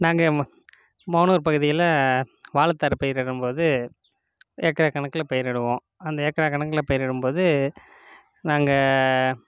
நாங்கள் மானூர் பகுதியில் வாழைத்தார் பயிரிடும் போது ஏக்கர் கணக்கில் பயிரிடுவோம் அந்த ஏக்கர் கணக்கில் பயிரிடும் போது நாங்கள்